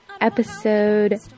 episode